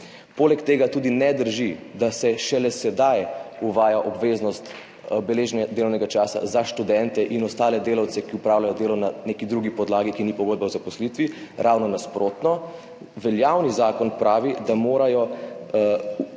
Poleg tega tudi ne drži, da se šele sedaj uvaja obveznost beleženja delovnega časa za študente in ostale delavce, ki opravljajo delo na neki drugi podlagi, ki ni pogodba o zaposlitvi. Ravno nasprotno, veljavni zakon pravi, da morajo ure